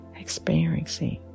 experiencing